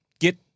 get